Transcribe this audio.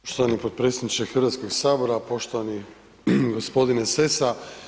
Poštovani potpredsjedniče Hrvatskog sabora, poštovani gospodine Sesa.